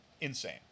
Insane